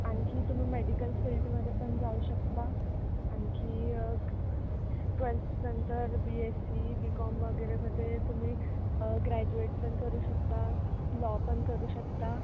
आणखी तुम्ही मेडिकल फील्डमध्ये पण जाऊ शकता आणखी ट्वेल्थनंतर बी एससी बी कॉम वगैरेमध्ये तुम्ही ग्रॅज्युएट पण करू शकता लॉ पण करू शकता